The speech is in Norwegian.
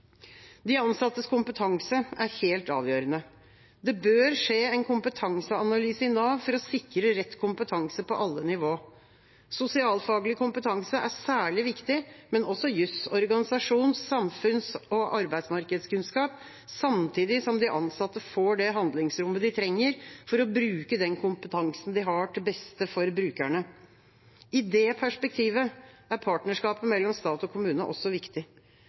De ansattes kompetanse er helt avgjørende. Det bør skje en kompetanseanalyse i Nav for å sikre rett kompetanse på alle nivå. Sosialfaglig kompetanse er særlig viktig, men også juss, organisasjons-, samfunns- og arbeidsmarkedskunnskap, samtidig som de ansatte får det handlingsrommet de trenger for å bruke den kompetansen de har, til beste for brukerne. I det perspektivet er partnerskapet mellom stat og kommune også viktig.